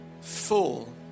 full